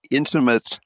intimate